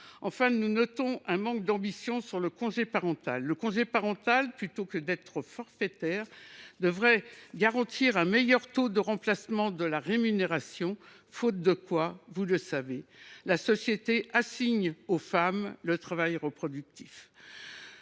Enfin, nous déplorons un manque d’ambition sur le congé parental. Celui ci, plutôt que d’être forfaitaire, devrait garantir un meilleur taux de remplacement de la rémunération, faute de quoi la société assigne aux femmes le travail reproductif